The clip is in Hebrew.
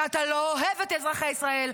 שאתה לא אוהב את אזרחי ישראל,